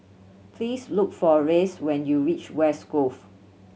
please look for Reyes when you reach West Grove